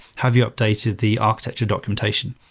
have you updated the architecture documentation?